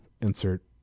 insert